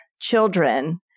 children